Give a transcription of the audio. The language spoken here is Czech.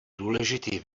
důležitý